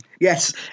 yes